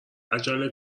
عجله